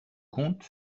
compte